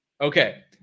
Okay